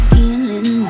Feeling